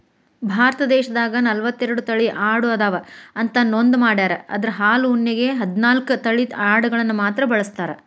ಭಾರತ ದೇಶದಾಗ ನಲವತ್ತೆರಡು ತಳಿ ಆಡು ಅದಾವ ಅಂತ ನೋಂದ ಮಾಡ್ಯಾರ ಅದ್ರ ಹಾಲು ಉಣ್ಣೆಗೆ ಹದ್ನಾಲ್ಕ್ ತಳಿ ಅಡಗಳನ್ನ ಮಾತ್ರ ಬಳಸ್ತಾರ